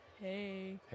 Hey